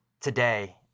today